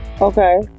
Okay